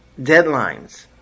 deadlines